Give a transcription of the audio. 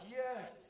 yes